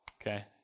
okay